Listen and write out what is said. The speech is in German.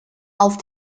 auf